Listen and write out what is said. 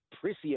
prissy